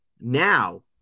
now